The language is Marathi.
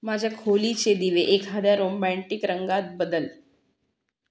माझ्या खोलीचे दिवे एखाद्या रोमँटिक रंगात बदल